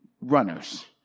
runners